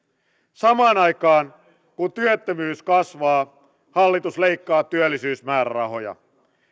samaan aikaan kun työttömyys kasvaa hallitus leikkaa työllisyysmäärärahoja